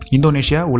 Indonesia